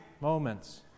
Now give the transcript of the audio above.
moments